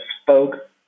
spoke